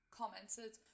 commented